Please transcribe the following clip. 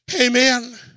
Amen